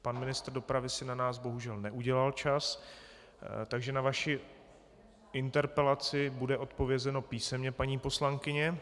Pan ministr dopravy si na nás bohužel neudělal čas, takže na vaši interpelaci bude odpovězeno písemně, paní poslankyně.